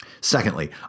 Secondly